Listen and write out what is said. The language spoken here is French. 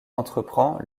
entreprend